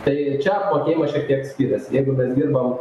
tai čia apmokėjimas šiek tiek skiriasi jeigu mes dirbam